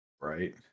right